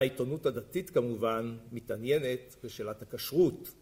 העיתונות הדתית כמובן מתעניינת בשאלת הכשרות.